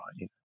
right